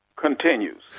continues